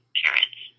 parents